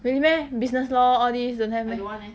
really meh business law all this don't have meh